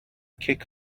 kick